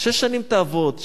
שש שנים תעבוד,